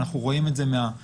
אנחנו רואים את זה מהחברות